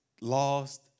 lost